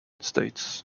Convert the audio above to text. states